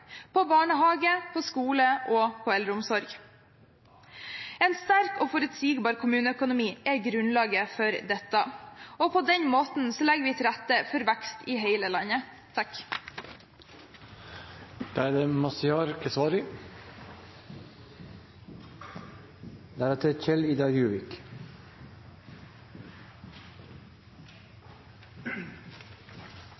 på barnehage, på skole og på eldreomsorg. En sterk og forutsigbar kommuneøkonomi er grunnlaget for dette. På den måten legger vi til rette for vekst i hele landet.